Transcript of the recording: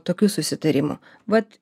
tokių susitarimų vat